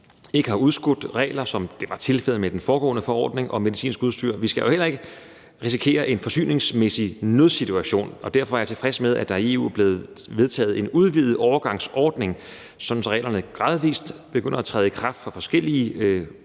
ikke har udskudte regler, hvad der var tilfældet med den foregående forordning om medicinsk udstyr. Vi skal jo heller ikke risikere en forsyningsmæssig nødsituation, og derfor er jeg tilfreds med, at der i EU er blevet vedtaget en udvidet overgangsordning, sådan at reglerne gradvis begynder at træde i kraft for forskelligt udstyr,